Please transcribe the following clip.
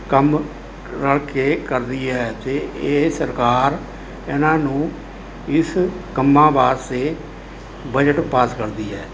ਕੰਮ ਰਲ਼ਕੇ ਕਰਦੀ ਹੈ ਅਤੇ ਇਹ ਸਰਕਾਰ ਇਹਨਾਂ ਨੂੰ ਇਸ ਕੰਮਾਂ ਵਾਸਤੇ ਬਜਟ ਪਾਸ ਕਰਦੀ ਹੈ